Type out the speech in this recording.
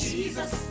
Jesus